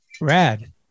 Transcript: Rad